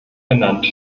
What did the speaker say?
genannt